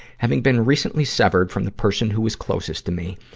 having been recently severed from the person who was closest to me,